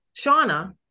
Shauna